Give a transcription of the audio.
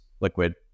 liquid